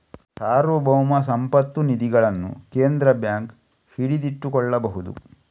ಸಾರ್ವಭೌಮ ಸಂಪತ್ತು ನಿಧಿಗಳನ್ನು ಕೇಂದ್ರ ಬ್ಯಾಂಕ್ ಹಿಡಿದಿಟ್ಟುಕೊಳ್ಳಬಹುದು